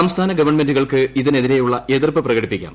സംസ്ഥാന ഗവൺമെന്റുകൾക്ക് ഇതിനെതിരെയുള്ള എതിർപ്പ് പ്രകടിപ്പിക്കാം